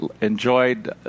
enjoyed